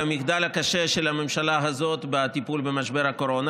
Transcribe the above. המחדל הקשה של הממשלה הזאת בטיפול במשבר הקורונה,